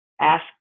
ask